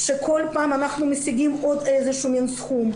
כשכל פעם אנחנו משיגים איזה שהוא עוד סכום.